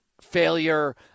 failure